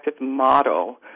model